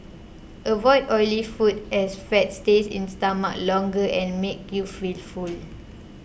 avoid oily foods as fat stays in stomach longer and makes you feel full